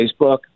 Facebook